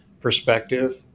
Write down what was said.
perspective